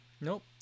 Nope